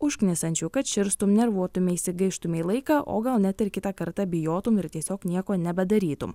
užknisančių kad širstum nervuotumeisi gaištumei laiką o gal net ir kitą kartą bijotum ir tiesiog nieko nebedarytum